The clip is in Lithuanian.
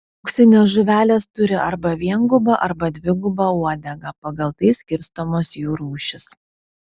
auksinės žuvelės turi arba viengubą arba dvigubą uodegą pagal tai skirstomos jų rūšys